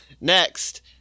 Next